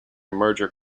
merger